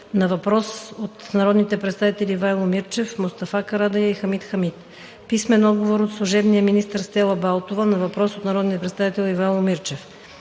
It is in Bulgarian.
на въпрос от народните представители Ивайло Мирчев, Мустафа Карадайъ и Хамид Хамид; - служебния министър Стела Балтова на въпрос от народния представител Ивайло Мирчев;